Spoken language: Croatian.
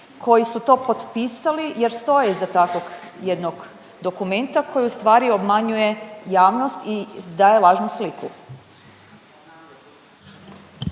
koji su to potpisali jer stoje iza takvog jednog dokumenta koji ustvari obmanjuje javnost i daje lažnu sliku?